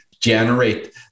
generate